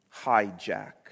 hijack